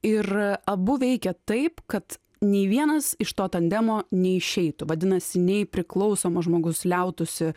ir abu veikia taip kad nė vienas iš to tandemo neišeitų vadinasi nei priklausomas žmogus liautųsi